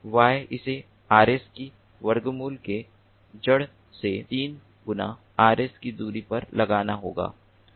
Y इसे Rs की वर्गमूल की जड़ से 3 गुणा Rs की दूरी पर लगाना होगा